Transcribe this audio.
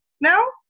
no